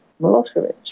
Milosevic